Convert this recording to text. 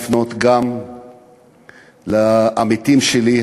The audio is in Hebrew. לפנות גם לעמיתים שלי,